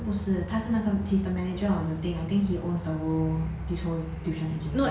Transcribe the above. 不是他是那个 he's the manager of the thing I think he owns the whole this whole tuition agency